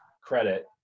credit